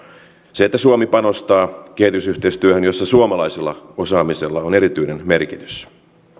ja suomi panostaa kehitysyhteistyöhön jossa suomalaisella osaamisella on erityinen merkitys